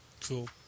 Cool